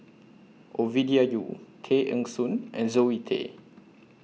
Ovidia Yu Tay Eng Soon and Zoe Tay